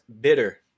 bitter